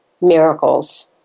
miracles